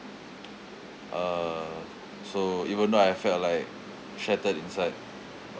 uh so even though I felt like shattered inside